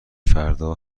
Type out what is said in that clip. فردا